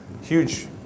huge